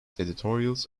editorials